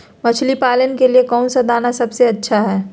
मछली पालन के लिए कौन दाना सबसे अच्छा है?